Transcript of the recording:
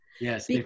Yes